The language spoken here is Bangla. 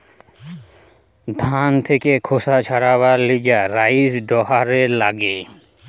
ধান থেকে খোসা ছাড়াবার লিগে রাইস হুলার লাগে